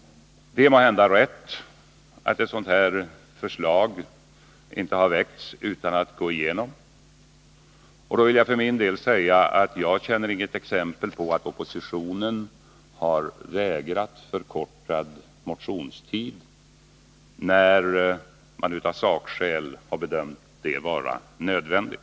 Det är måhända riktigt att ett sådant här förslag inte tidigare väckts utan att gå igenom, men jag vill i så fall för min del säga att jag inte känner till något exempel på att oppositionen har vägrat att ställa sig bakom en förkortning av motionstiden när man av sakskäl har bedömt en sådan förkortning vara nödvändig.